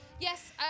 Yes